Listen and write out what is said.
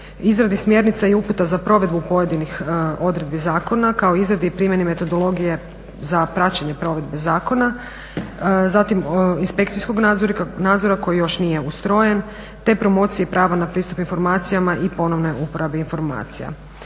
izradi smjernica i uputa za provedbu pojedinih odredbi zakona, kao i izradi i primjeni metodologije za praćenje provedbe zakona, zatim inspekcijskog nadzora koji još nije ustrojen te promocije prava na pristup informacijama i ponovnoj uporabi informacija.